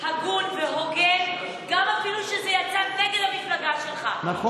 הגון והוגן, אפילו כשזה יצא נגד המפלגה שלך, נכון.